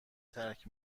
ترک